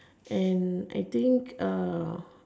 and I think uh